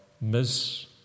Miss